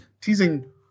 Teasing